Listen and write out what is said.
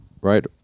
right